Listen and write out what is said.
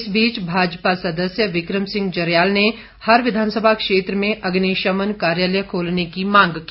इस बीच भाजपा सदस्य विक्रम सिंह जरियाल ने हर विधानसभा क्षेत्र में अग्निशमन कार्यालय खोलने की मांग की